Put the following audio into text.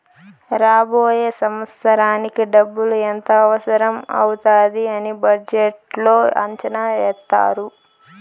రాబోయే సంవత్సరానికి డబ్బులు ఎంత అవసరం అవుతాది అని బడ్జెట్లో అంచనా ఏత్తారు